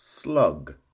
Slug